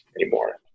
anymore